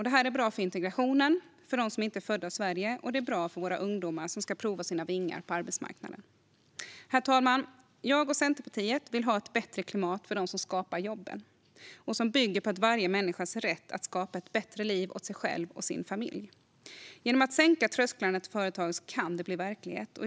Detta är bra för integrationen av dem som inte är födda i Sverige, och det är bra för våra ungdomar som ska prova sina vingar på arbetsmarknaden. Herr talman! Jag och Centerpartiet vill ha ett bättre klimat för dem som skapar jobben, som bygger på varje människas rätt att skapa ett bättre liv åt sig själv och sin familj. Genom att sänka trösklarna till företagandet kan detta bli verklighet.